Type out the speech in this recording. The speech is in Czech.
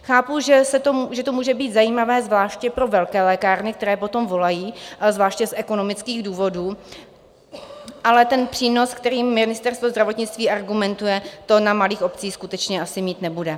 Chápu, že to může být zajímavé zvláště pro velké lékárny, které po tom volají zvláště z ekonomických důvodů, ale přínos, kterým Ministerstvo zdravotnictví argumentuje, na malých obcích skutečně asi mít nebude.